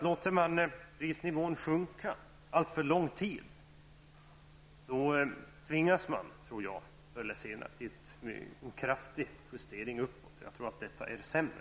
Låter man prisnivån sjunka under alltför lång tid, tvingas man enligt min mening förr eller senare till en kraftig justering uppåt. Jag tycker detta är sämre.